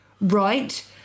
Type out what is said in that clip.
right